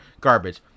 Garbage